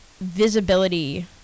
visibility